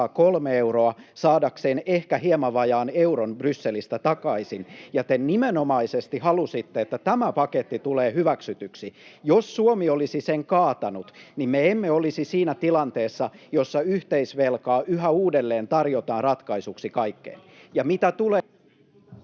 Ja mitä tulee